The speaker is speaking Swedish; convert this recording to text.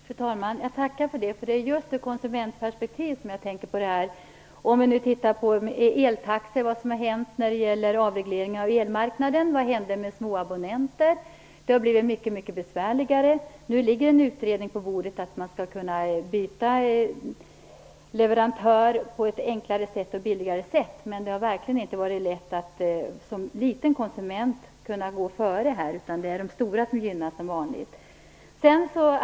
Fru talman! Jag tackar för detta. Jag ser just på det här i ett konsumentperspektiv. Vi kan titta på vad som har hänt med eltaxorna i och med avregleringen av elmarknaden. Vad hände med småabonnenterna? Det har blivit mycket besvärligare. Nu ligger en utredning på bordet om att man skall kunna byta leverantör på ett enklare och billigare sätt, men det har verkligen inte varit lätt för småkonsumenterna att gå före. Det är som vanligt storkonsumenterna som gynnas.